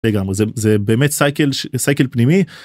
לגמרי. זה.. זה באמת ש.. סייקל פנימי.